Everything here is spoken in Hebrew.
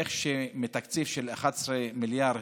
איך מתקציב של 11 מיליארד,